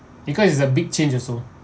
because it's a big change also